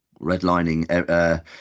redlining